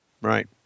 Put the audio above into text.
Right